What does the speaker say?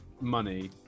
money